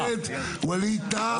חבר הכנסת בוארון, חבר הכנסת ווליד טאהא.